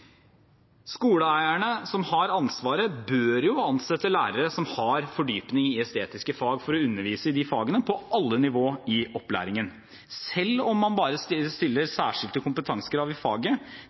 Skoleeierne, som har ansvaret, bør ansette lærere som har fordypning i estetiske fag, til å undervise i de fagene på alle nivå i opplæringen, selv om man stiller særskilte kompetansekrav i faget